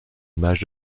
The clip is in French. image